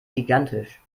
gigantisch